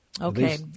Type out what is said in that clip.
Okay